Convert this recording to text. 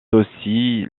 aussi